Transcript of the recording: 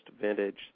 vintage